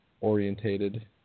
orientated